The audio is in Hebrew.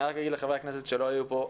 אני רק אומר לחברי הכנסת שלא היו פה,